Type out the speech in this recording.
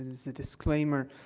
as a disclaimer,